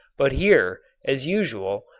but here, as usual,